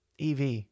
EV